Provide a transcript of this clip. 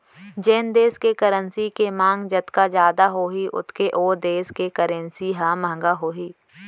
जेन देस के करेंसी के मांग जतका जादा होही ओतके ओ देस के करेंसी ह महंगा होही